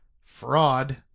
fraud